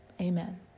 amen